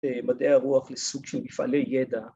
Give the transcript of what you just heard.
‫במדעי הרוח לסוג של מפעלי ידע.